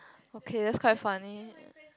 okay that's quite funny